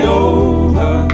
over